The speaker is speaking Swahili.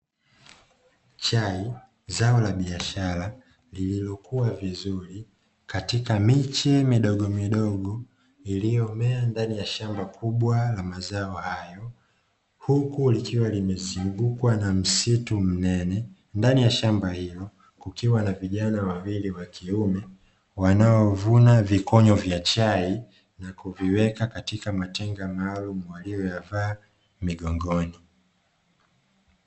Chai zao la biashara lililokuwa vizuri katika miche kidogo midogo lililommea ndani ya shamba kubwa la mazao haya, huku liikiwa limezungukwa na msitu mnene ndani ya shamba hilo kukiwa na vijana wawili walio wanaovuna vikonyo vya chai na kuviweka katika matenga maalum waliyoyavaa mgongoni.